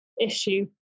issue